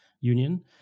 union